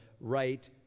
right